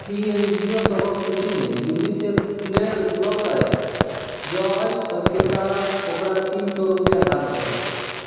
की N G O सभक सूचीमे UNICEF उपलब्ध अछि जँ अछि तऽ कृपआ ओकरा तीन सए रूपैआ दान करू